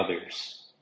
others